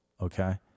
Okay